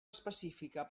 específica